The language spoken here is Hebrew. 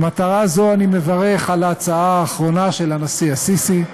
למטרה זו אני מברך על ההצעה האחרונה של הנשיא א-סיסי,